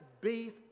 beef